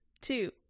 two